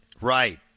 Right